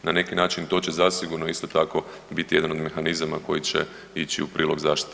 Na neki način to će zasigurno isto tako biti jedan od mehanizama koji će ići u prilog zaštite